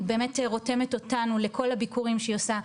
באמת רותמת אותנו לכל הביקורים שהיא עושה,